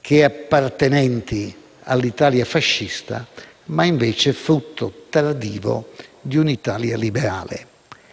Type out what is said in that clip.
che appartenenti all'Italia fascista, ma frutto tardivo di un'Italia liberale.